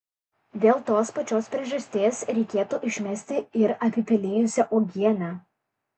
dėl tos pačios priežasties reikėtų išmesti ir apipelijusią uogienę